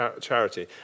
charity